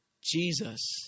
Jesus